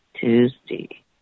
Tuesday